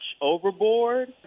overboard